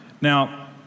Now